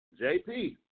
JP